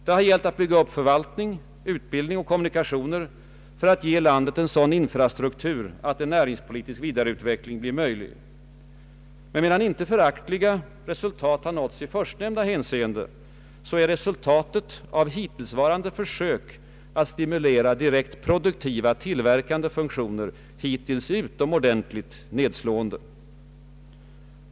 Det har gällt att bygga upp förvaltning, utbildning och kommuni kationer för att ge landet en sådan infrastruktur att en näringspolitisk vidareutveckling blir möjlig. Medan inte föraktliga resultat nåtts i förstnämnda hänseende, är resultatet av hittillsvarande försök att stimulera direkt produktiva tillverkande funktioner hittills utomordentligt nedslående.